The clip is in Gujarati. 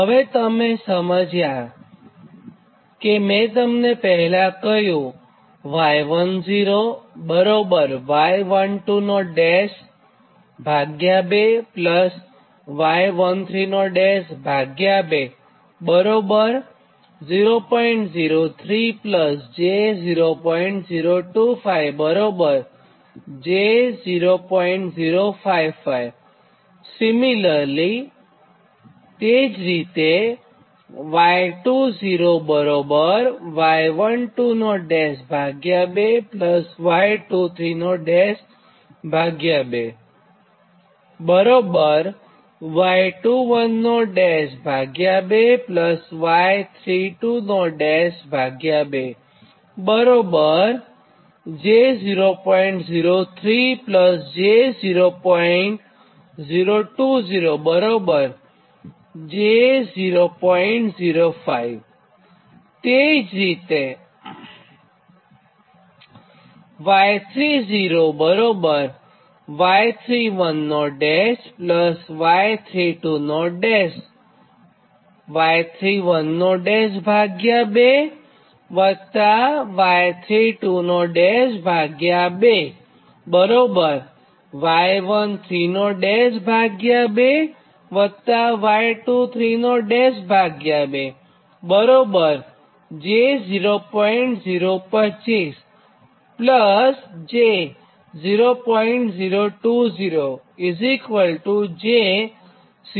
તો હવે તમે સમજ્યાં કે મેં તમને પહેલાં કહ્યું તે જ રીતે તે જ રીતે તો ચાર્જિંગ એડમિટન્સ ગણેલ છે